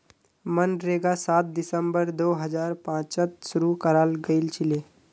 मनरेगा सात दिसंबर दो हजार पांचत शूरू कराल गेलछिले